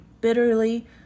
bitterly